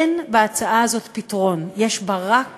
אין בהצעה הזאת פתרון, יש בה רק